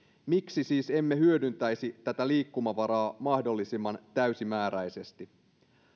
miksi siis emme hyödyntäisi tätä liikkumavaraa mahdollisimman täysimääräisesti